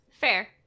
fair